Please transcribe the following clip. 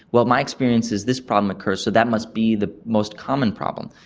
well, my experience is this problem occurs so that must be the most common problem.